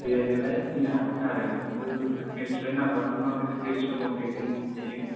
बेरायनोलाय फैनो हागोन आरो किन्तु रेस्टुरेन्त नांगौबा नों माबायदि रेन्टुरेन्त दं बेहाय दंजोबखायो